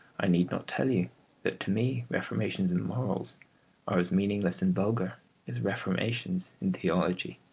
i need not tell you that to me reformations in morals are as meaningless and vulgar as reformations in theology.